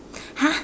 !huh!